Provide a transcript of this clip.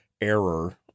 error